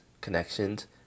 connections